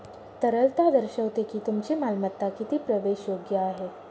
तरलता दर्शवते की तुमची मालमत्ता किती प्रवेशयोग्य आहे